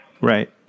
right